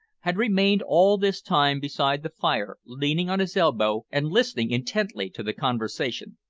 had remained all this time beside the fire leaning on his elbow and listening intently to the conversation.